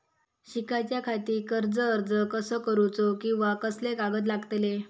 शिकाच्याखाती कर्ज अर्ज कसो करुचो कीवा कसले कागद लागतले?